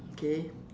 okay